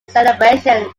celebrations